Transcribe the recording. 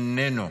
איננו.